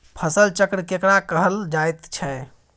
फसल चक्र केकरा कहल जायत छै?